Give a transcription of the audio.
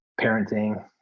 parenting